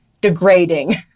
degrading